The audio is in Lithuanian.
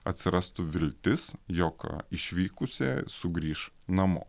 atsirastų viltis jog išvykusieji sugrįš namo